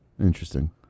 Interesting